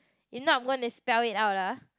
if not I'm going to spell it out ah